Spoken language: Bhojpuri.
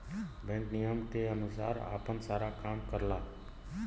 बैंक नियम के अनुसार आपन सारा काम करला